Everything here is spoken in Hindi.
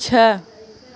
छः